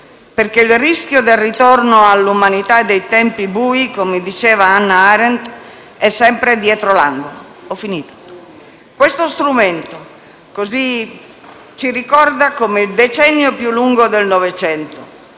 perché il rischio del ritorno all'umanità dei tempi bui, come diceva Hannah Arendt, è sempre dietro l'angolo. Questo strumento ci ricorda come il decennio più lungo del Novecento,